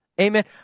Amen